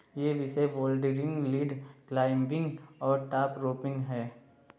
यह विषय bouldering lead climbing और टाप रोपिंग है